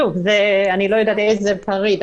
אני לא יודעת איזה פריט,